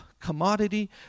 commodity